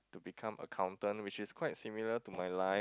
to become accountant which is quite similar to my line